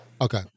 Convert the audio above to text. Okay